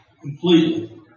Completely